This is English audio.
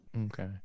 Okay